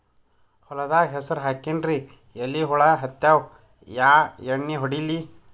ಹೊಲದಾಗ ಹೆಸರ ಹಾಕಿನ್ರಿ, ಎಲಿ ಹುಳ ಹತ್ಯಾವ, ಯಾ ಎಣ್ಣೀ ಹೊಡಿಲಿ?